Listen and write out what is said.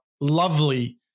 lovely